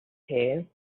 here